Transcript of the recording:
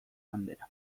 bandera